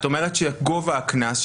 את אומרת שגובה הקנס,